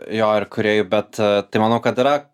jo ir kūrėjų bet tai manau kad yra